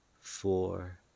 Four